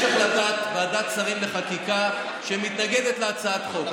יש החלטת ועדת שרים לחקיקה שמתנגדת להצעת החוק,